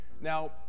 Now